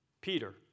Peter